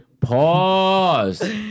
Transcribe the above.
Pause